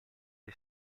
dei